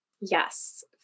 Yes